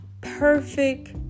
perfect